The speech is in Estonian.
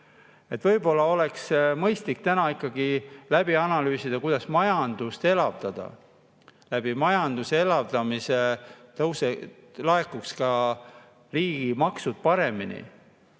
Võib-olla oleks mõistlik täna ikkagi läbi analüüsida, kuidas majandust elavdada. Majanduse elavdamise abil laekuks ka maksud paremini.